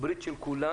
בין כולם